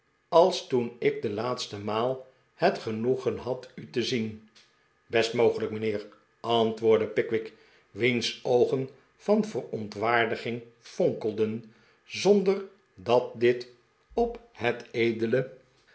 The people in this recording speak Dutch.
als toen ik de laatste maal het genoegen had u te zien best mogelijk mijnheer antwoordde pickwick wiens oogen van verontwaardiging fonkelden zonder dat dit op het edele